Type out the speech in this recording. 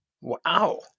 Wow